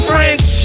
French